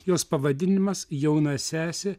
jos pavadinimas jauna sesė